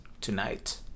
tonight